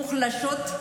מוחלשות,